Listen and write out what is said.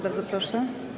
Bardzo proszę.